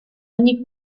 ogni